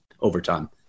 overtime